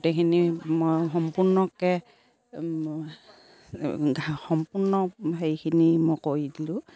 গোটেইখিনি মই সম্পূৰ্ণকে সম্পূৰ্ণ হেৰিখিনি মই কৰি দিলোঁ